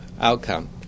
outcome